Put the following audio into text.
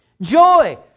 Joy